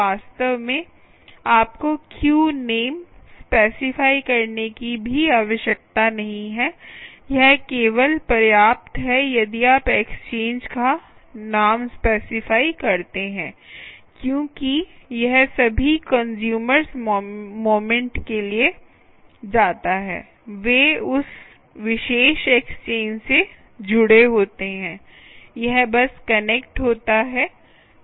वास्तव में आपको क्यू नेम स्पेसिफाई करने की भी आवश्यकता नहीं है यह केवल पर्याप्त है यदि आप एक्सचेंज का नाम स्पेसिफाई करते हैं क्योंकि यह सभी कंस्यूमर्स मोमेंट के लिए जाता है वे उस विशेष एक्सचेंज से जुड़े होते हैं यह बस कनेक्ट होता है